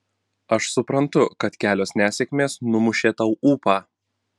aš suprantu kad kelios nesėkmės numušė tau ūpą